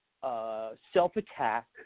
self-attack